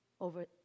over